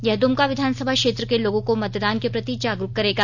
यह दुमका विधानसभा क्षेत्र के लोगों को मतदान के प्रति जागरूक करेगा